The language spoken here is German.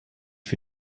für